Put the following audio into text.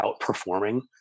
outperforming